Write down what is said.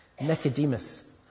Nicodemus